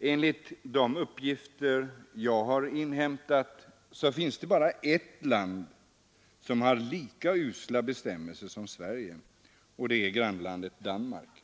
Enligt de uppgifter jag har inhämtat finns det bara ett land som har så usla bestämmelser som Sverige, och det är vårt grannland Danmark.